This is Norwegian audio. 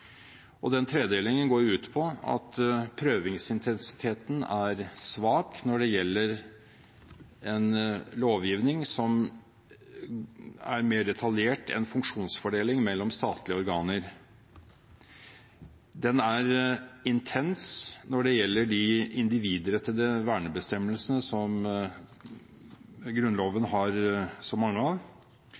Den tredelingen går ut på at prøvingsintensiteten er svak når det gjelder en lovgivning som er mer detaljert enn funksjonsfordeling mellom statlige organer. Den er intens når det gjelder de individrettede vernebestemmelsene som Grunnloven har så mange av.